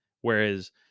Whereas